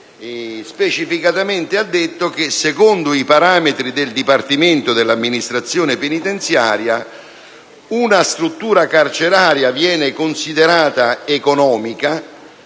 specificato che secondo i parametri del Dipartimento dell'amministrazione penitenziaria una struttura carceraria viene considerata economica